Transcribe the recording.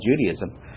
Judaism